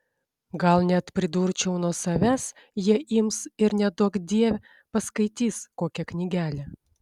gal net pridurčiau nuo savęs jie ims ir neduokdie paskaitys kokią knygelę